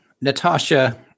Natasha